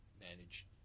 manage